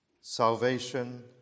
salvation